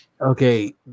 okay